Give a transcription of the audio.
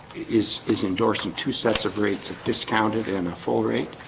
is is endorsing two sets of rates of discounted and a full rate?